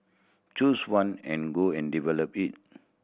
choose one and go and develop it